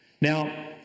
Now